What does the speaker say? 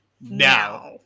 now